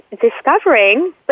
discovering